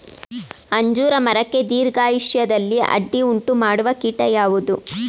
ಅಂಜೂರ ಮರಕ್ಕೆ ದೀರ್ಘಾಯುಷ್ಯದಲ್ಲಿ ಅಡ್ಡಿ ಉಂಟು ಮಾಡುವ ಕೀಟ ಯಾವುದು?